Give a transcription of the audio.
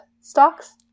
stocks